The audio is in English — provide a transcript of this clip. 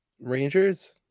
Rangers